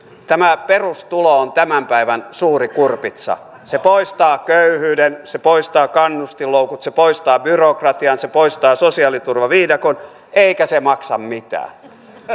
tämä perustulo on tämän päivän suuri kurpitsa se poistaa köyhyyden se poistaa kannustinloukut se poistaa byrokratian se poistaa sosiaaliturvaviidakon eikä se maksa mitään